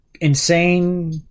insane